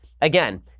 again